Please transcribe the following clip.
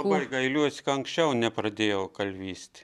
labai gailiuosi kad anksčiau nepradėjau kalvyst